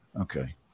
okay